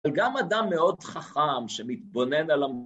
אבל גם אדם מאוד חכם שמתבונן על ה...